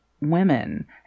women